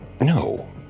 no